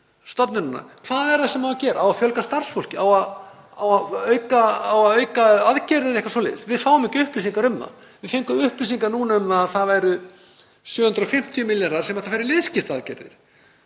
stofnunarinnar. Hvað er það sem á að gera? Á að fjölga starfsfólki? Á að fjölga aðgerðum eða eitthvað svoleiðis? Við fáum ekki upplýsingar um það. Við fengum upplýsingar núna um að það væru 750 millj. kr. sem ættu að fara í liðskiptaaðgerðir.